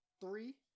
Three